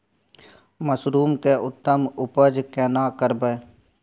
Mushroom के उत्तम उपज केना करबै?